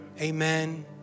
amen